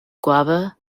guava